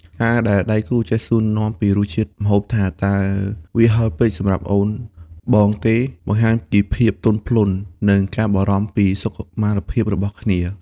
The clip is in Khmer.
ការដែលដៃគូចេះសួរនាំពីរសជាតិម្ហូបថា "តើវាហឹរពេកសម្រាប់អូន/បងទេ?" បង្ហាញពីភាពទន់ភ្លន់ និងការបារម្ភពីសុខុមាលភាពរបស់គ្នា។